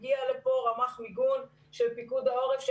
כשרמ"ח מיגון של פיקוד העורף הגיע לפה,